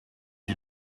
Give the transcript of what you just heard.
you